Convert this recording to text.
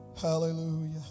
Hallelujah